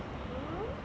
mm hmm